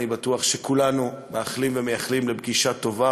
אני בטוח שכולנו מאחלים ומייחלים לפגישה טובה,